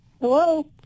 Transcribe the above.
Hello